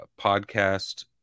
podcast